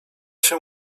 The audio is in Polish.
się